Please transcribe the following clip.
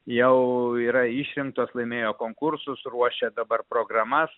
jau yra išimtos laimėjo konkursus ruošia dabar programas